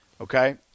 Okay